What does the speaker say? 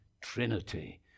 Trinity